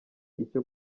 icyo